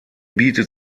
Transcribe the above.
bietet